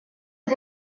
aux